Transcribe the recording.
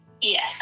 Yes